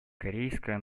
корейская